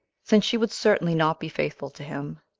since she would certainly not be faithful to him,